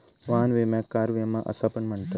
वाहन विम्याक कार विमा असा पण म्हणतत